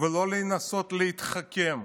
ולא לנסות להתחכם.